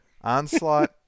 Onslaught